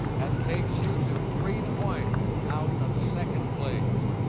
that takes you to three points out of second place.